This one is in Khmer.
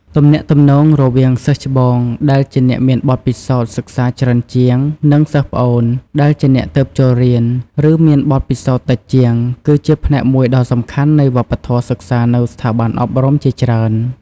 ទំនាក់ទំនងរវាង សិស្សច្បង ដែលជាអ្នកមានបទពិសោធន៍សិក្សាច្រើនជាង និង សិស្សប្អូន ដែលជាអ្នកទើបចូលរៀន ឬមានបទពិសោធន៍តិចជាង គឺជាផ្នែកមួយដ៏សំខាន់នៃវប្បធម៌សិក្សានៅស្ថាប័នអប់រំជាច្រើន។